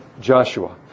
Joshua